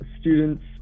students